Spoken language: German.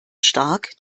stark